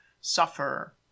suffer